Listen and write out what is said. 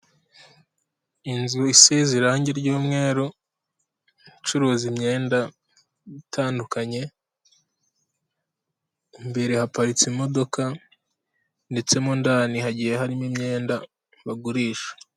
Inzu isize irangi ry'umweru, icuruza imyenda itandukanye, imbere haparitse imodoka, ndetse mo ndani hagiye harimo imyenda bagurisha.